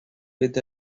with